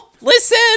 listen